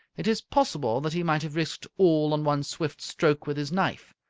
it is possible that he might have risked all on one swift stroke with his knife,